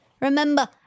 remember